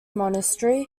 monastery